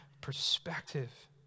perspective